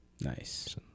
Nice